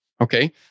Okay